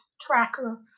tracker